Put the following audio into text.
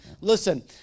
listen